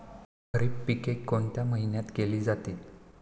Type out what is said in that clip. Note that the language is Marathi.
खरीप पिके कोणत्या महिन्यात केली जाते?